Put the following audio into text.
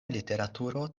literaturo